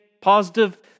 Positive